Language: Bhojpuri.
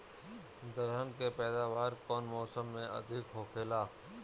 दलहन के पैदावार कउन मौसम में अधिक होखेला?